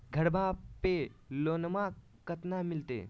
घरबा पे लोनमा कतना मिलते?